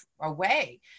away